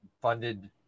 funded